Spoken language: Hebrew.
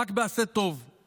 רק ב"עשה טוב";